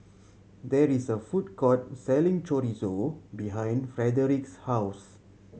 there is a food court selling Chorizo behind Frederic's house